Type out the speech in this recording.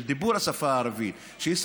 של דיבור השפה הערבית,